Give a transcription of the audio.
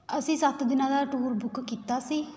ਅਸੀਂ ਸੱਤ ਦਿਨਾਂ ਦਾ ਟੂਰ ਬੁੱਕ ਕੀਤਾ ਸੀ